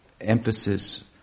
emphasis